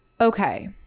Okay